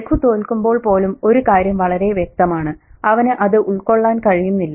രഘു തോൽക്കുമ്പോൾ പോലും ഒരു കാര്യം വളരെ വ്യക്തമാണ് അവന് അത് ഉൾക്കൊള്ളാൻ കഴിയുന്നില്ല